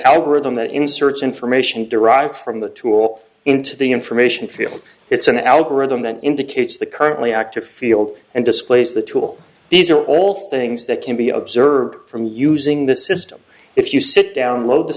algorithm that inserts information derived from the tool into the information field it's an algorithm that indicates the currently active field and displays the tool these are all things that can be observed from using the system if you sit down load the